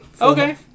Okay